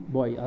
Boy